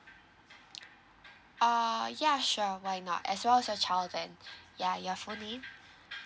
err ya sure why not as well as your child then ya your full name